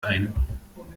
ein